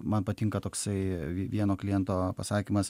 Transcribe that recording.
man patinka toksai vieno kliento pasakymas